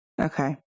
Okay